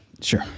Sure